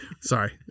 Sorry